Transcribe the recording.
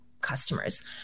customers